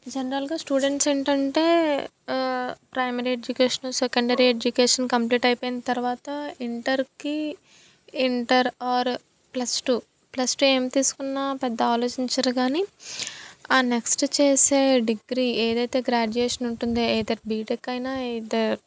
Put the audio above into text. జనరల్గా స్టూడెంట్స్ ఏంటంటే primary education secondary education complete అయిపోయిన తర్వాత ఇంటర్కి inter or plus two plus two ఏం తీసుకున్నా పెద్ద ఆలోచించరు కానీ ఆ నెక్స్ట్ చేసే డిగ్రీ ఏదైతే గ్రాడ్యుయేషన్ ఉంటుందో ఎయ్దర్ బీటెక్ అయినా ఎయ్దర్